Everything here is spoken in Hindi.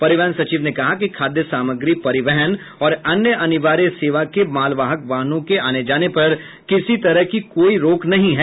परिवहन सचिव ने कहा कि खाद्य सामग्री परिवहन और अन्य अनिवार्य सेवा के मालवाहक वाहनों के आने जाने पर किसी तरह की कोई रोक नहीं है